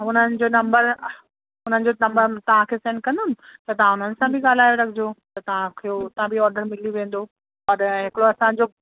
हुननि जो नम्बर हुननि जो नम्बर तव्हां खे सेंड कंदमि त तव्हां हुननि सां बि ॻाल्हाए रखिजो त तव्हां खे न हुतां बि ऑर्डर मिली वेंदो और हे हिकिड़ो असांजो